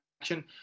action